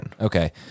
Okay